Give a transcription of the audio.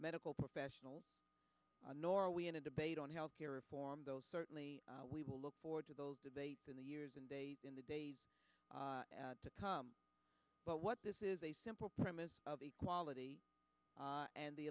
medical professionals nor are we in a debate on health care reform those certainly we will look forward to those debates in the years and in the days to come but what this is a simple premise of equality and the